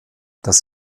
das